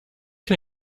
can